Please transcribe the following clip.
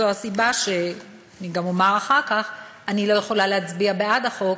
זו הסיבה שאני גם אומר אחר כך: אני לא יכולה להצביע בעד החוק,